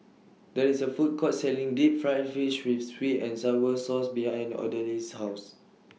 There IS A Food Court Selling Deep Fried Fish with Sweet and Sour Sauce behind Odalys' House